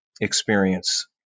experience